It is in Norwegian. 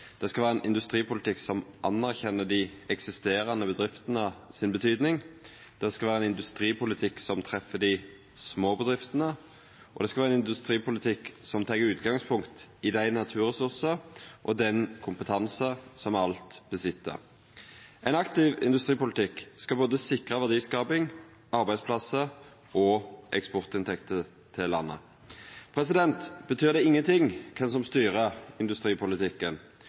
Det skal vera ein industripolitikk som anerkjenner dei eksisterande bedriftenes betyding. Det skal vera ein industripolitikk som treffer dei små bedriftene, og det skal vera ein industripolitikk som tek utgangspunkt i dei naturressursane og den kompetansen som me alt har. Ein aktiv industripolitikk skal både sikra verdiskaping, arbeidsplassar og eksportinntekter til landet. Betyr det ingen ting kven som styrer industripolitikken?